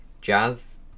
Jazz